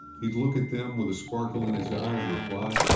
he'd look at them with a sparkle in his eye and reply,